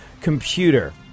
computer